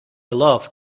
love